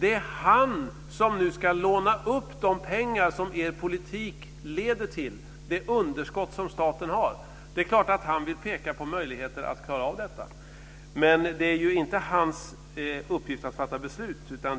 Det är han som nu ska låna upp de pengar som er politik leder till, det underskott som staten har. Det är klart att han vill peka på möjligheter att klara av detta. Men det är inte hans uppgift att fatta beslut.